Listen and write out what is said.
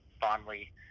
fondly